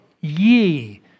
ye